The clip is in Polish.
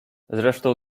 zresztą